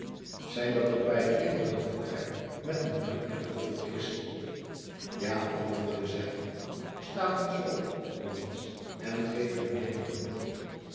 zijn dat uw beide kinderen vroeg hij met een blik naar dolf en christie ja antwoordde zij staat eens op jongens en geef meneer een hand